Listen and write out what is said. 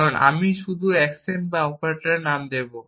কারণ আমি শুধু অ্যাকশন বা অপারেটরদের নাম দেব